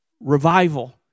revival